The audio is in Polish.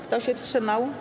Kto się wstrzymał?